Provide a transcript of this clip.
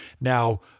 Now